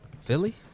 Philly